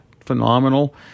phenomenal